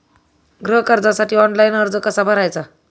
गृह कर्जासाठी ऑनलाइन अर्ज कसा भरायचा?